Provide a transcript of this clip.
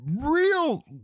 real